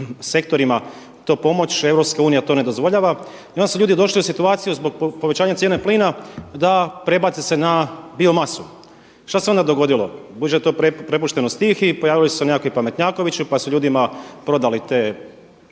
sektorima to pomoći, EU to ne dozvoljava i onda su ljudi došli u situaciju zbog povećanje cijene plina da prebace se na biomasu. Šta se onda dogodilo? Budući da je to prepušteno stihiji pojavili su se neki pametnjakovići pa su ljudima prodali te